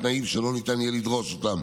ותנאים שלא ניתן יהיה לדרוש אותם